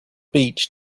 beach